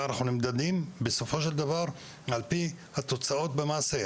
ואנחנו נמדדים בסופו של דבר על פי התוצאות במעשה,